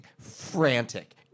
frantic